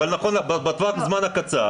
אבל בטווח הזמן הקצר,